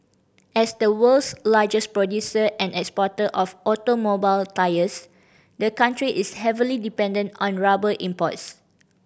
as the world's largest producer and exporter of automobile tyres the country is heavily dependent on rubber imports